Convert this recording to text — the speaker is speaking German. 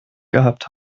gehabt